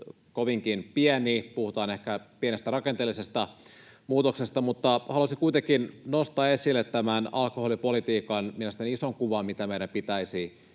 puhutaan ehkä pienestä rakenteellisesta muutoksesta — mutta haluaisin kuitenkin nostaa esille mielestäni tämän alkoholipolitiikan ison kuvan, mitä meidän pitäisi